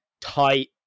tight